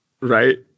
Right